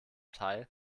teil